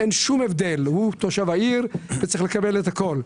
אם הוא תושב העיר, הוא צריך לקבל את הכל.